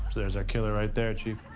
there's our killer right there, chief.